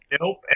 Nope